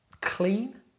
Clean